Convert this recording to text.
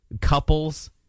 couples